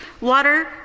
water